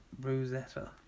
Rosetta